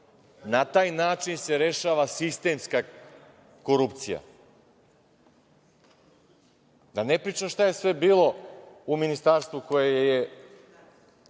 Na taj način se rešava sistemska korupcija. Da ne pričam šta je sve bilo u ministarstvu koje je